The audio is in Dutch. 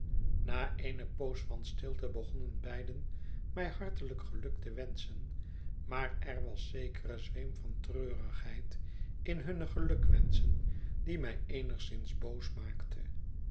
na eene poos van stilte begonnen beiden mij hartelijk geluk te wenschen rnaar er was zekere zweem van treurigheid in hunne gelukwenschingen die mij eenigszins boos maakte